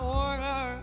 order